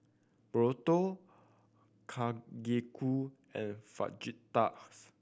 Burrito Kalguksu and Fajitas